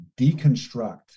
deconstruct